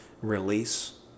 release